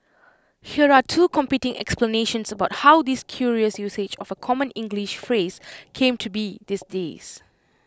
here are two competing explanations about how this curious usage of A common English phrase came to be these days